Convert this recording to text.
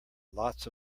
lots